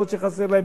אף-על-פי שחסר להן,